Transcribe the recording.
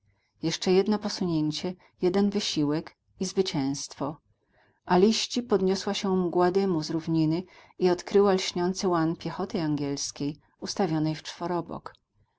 jeszcze jedno posunięcie jeden wysiłek i zwycięstwo aliści podniosła się mgła dymu z równiny i odkryła lśniący łan piechoty angielskiej ustawionej w czworobok